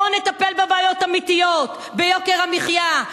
בואו נטפל בבעיות האמיתיות: ביוקר המחיה,